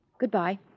Goodbye